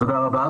תודה רבה.